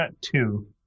two